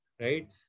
right